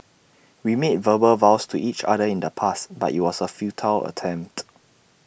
we made verbal vows to each other in the past but IT was A futile attempt